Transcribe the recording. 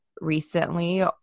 recently